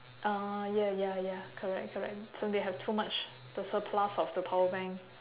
orh ya ya ya correct correct so they have too much the surplus of the power bank